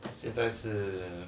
现在是